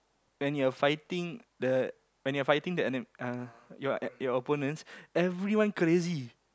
when you are fighting the when you are fighting the enem~ uh your your opponents everyone crazy